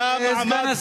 היה מעמד ביניים,